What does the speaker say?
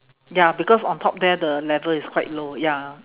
ya because on top there the level is quite low ya